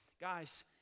guys